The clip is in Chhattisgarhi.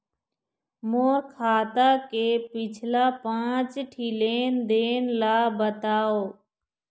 मोर खाता के पिछला पांच ठी लेन देन ला बताव?